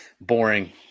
Boring